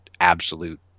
absolute